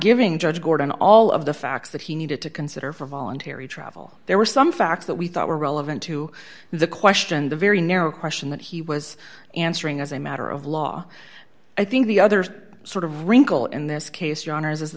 giving judge gordon all of the facts that he needed to consider for voluntary travel there were some facts that we thought were relevant to the question the very narrow question that he was answering as a matter of law i think the other sort of wrinkle in this case your honor is